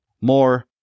more